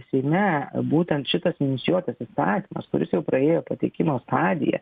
seime būtent šitas linčiuotas įstatymas kuris jau praėjo pateikimo stadiją